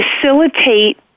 facilitate